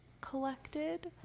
collected